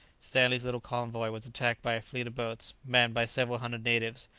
stanley's little convoy was attacked by a fleet of boats, manned by several hundred natives,